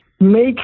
Make